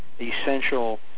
essential